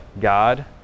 God